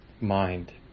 mind